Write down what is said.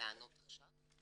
לענות עכשיו?